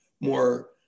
more